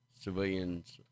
civilians